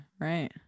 right